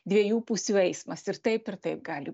dviejų pusių eismas ir taip ir taip gali